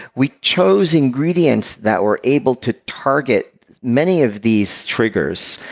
we chose ingredients that were able to target many of these triggers,